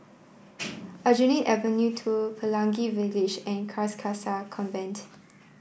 Aljunied Avenue two Pelangi Village and Carcasa Convent